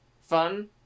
fun